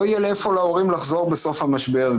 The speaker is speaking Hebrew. יהיה להורים לאיפה לחזור בסוף המשבר.